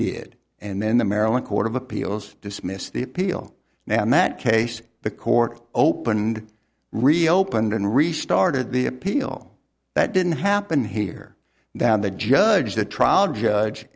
did and then the maryland court of appeals dismissed the appeal now in that case the court opened reopened and restarted the appeal that didn't happen here than the judge the trial judge